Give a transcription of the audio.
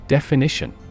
Definition